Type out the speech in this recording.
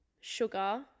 sugar